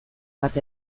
bat